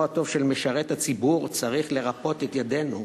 הטוב של משרת הציבור צריך לרפות את ידינו.